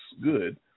good